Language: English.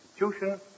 institution